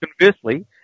Conversely